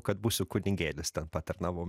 kad būsiu kunigėlis ten patarnavo